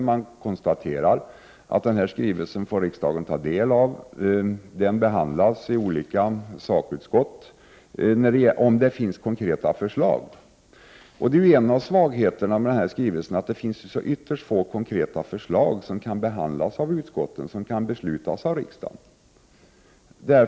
Utskottsmajoriteten konstaterar att riksdagen får ta del av denna skrivelse och att den skall behandlas i olika sakutskott om det finns konkreta förslag. En av svagheterna med denna skrivelse är att den innehåller ytterst få konkreta förslag som kan behandlas av utskotten och som riksdagen kan fatta beslut om.